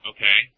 Okay